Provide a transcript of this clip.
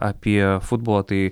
apie futbolą tai